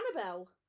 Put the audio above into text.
Annabelle